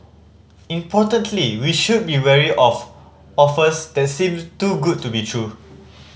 importantly we should be wary of offers that seem too good to be true